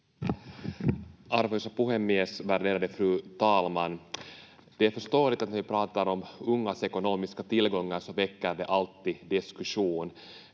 Arvoisa puhemies, värderade fru talman! Det är förståeligt att när vi pratar om ungas ekonomiska tillgångar så väcker det alltid diskussion.